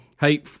Hey